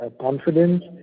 confidence